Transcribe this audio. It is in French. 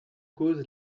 cause